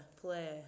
play